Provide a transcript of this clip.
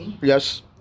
Yes